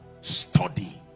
Study